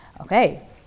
Okay